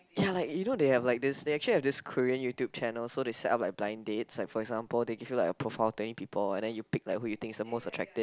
ya like you know they have like this they actually have this Korean YouTube channel so they set up like blind dates like for example they give you like a profile thing people and then you pick like who you think is the most attractive